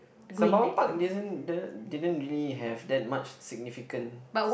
Sembawang Park didn't didn't didn't really have that much significance